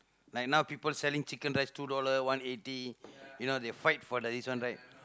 like now people selling chicken rice two dollars one eighty you know they fight for the this one right